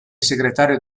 segretario